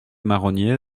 marronniers